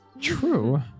true